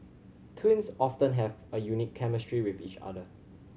twins often have a unique chemistry with each other